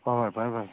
ꯍꯣꯏ ꯍꯣꯏ ꯐꯔꯦ ꯐꯔꯦ